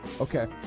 okay